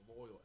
oil